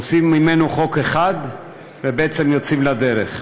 עושים מהם חוק אחד ובעצם יוצאים לדרך.